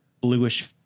bluish